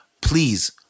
Please